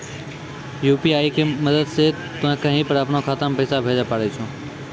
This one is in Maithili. यु.पी.आई के मदद से तोय कहीं पर अपनो खाता से पैसे भेजै पारै छौ